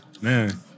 Man